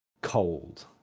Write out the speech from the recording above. cold